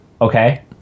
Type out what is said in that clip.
okay